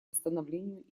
восстановлению